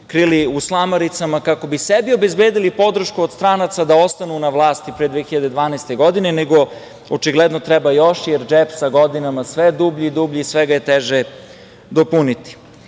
krili u slamaricama kako bi sebi obezbedili podršku od stranaca da ostanu na vlasti pre 2012. godine, nego očigledno treba još, jer je džep sa godinama sve dublji i dublji, sve ga je teže puniti. Svi